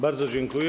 Bardzo dziękuję.